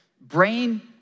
brain